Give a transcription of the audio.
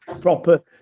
proper